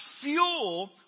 fuel